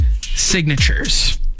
signatures